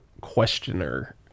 questioner